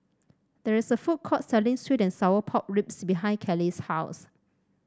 there is a food court selling sweet and Sour Pork Ribs behind Kellee's house